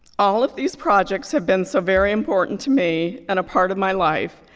all of these projects have been so very important to me and a part of my life.